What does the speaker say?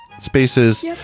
spaces